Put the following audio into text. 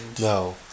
No